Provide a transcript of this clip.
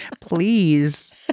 Please